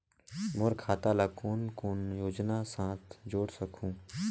मोर खाता ला कौन कौन योजना साथ जोड़ सकहुं?